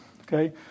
Okay